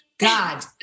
God